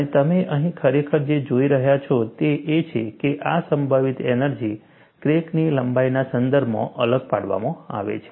અને તમે અહીં ખરેખર જે જોઈ રહ્યા છો તે એ છે કે આ સંભવિત એનર્જી ક્રેકની લંબાઈના સંદર્ભમાં અલગ પાડવામાં આવે છે